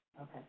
Okay